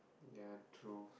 ya true